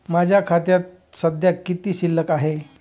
माझ्या खात्यात सध्या किती शिल्लक आहे?